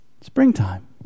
Springtime